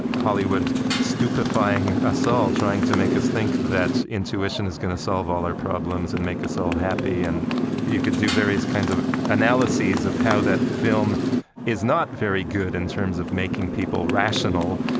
hollywood stupefying us all, trying to make us think that intuition is going to solve all our problems and make us all happy. and you could do various kinds of analyses of how that film is not very good in terms of making people rational,